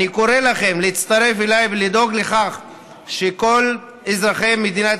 אני קורא לכם להצטרף אליי ולדאוג לכך שכל אזרחי מדינת